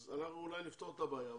אז אנחנו אולי נפתור את הבעיה.